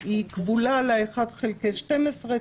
היא כבולה ל-1 חלקי 12,